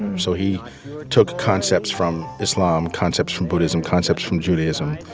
so he took concepts from islam, concepts from buddhism, concepts from judaism.